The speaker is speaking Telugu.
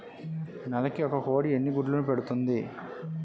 నెలకి ఒక కోడి ఎన్ని గుడ్లను పెడుతుంది?